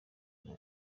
nta